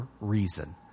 reason